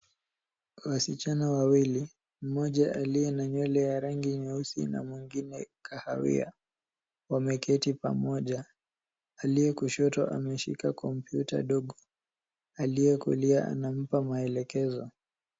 Wasichana wawili, mmoja aliye na nywele ya rangi nyeusi na mwengine kahawia wameketi pamoja. Aliye kushoto ameshika kompyuta ndogo. Aliye kulia anampa maelekezo.